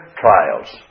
trials